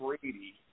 Brady